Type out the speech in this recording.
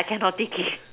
I cannot take it